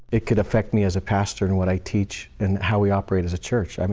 it could affect me as a pastor and what i teach and how we operate as a church. i mean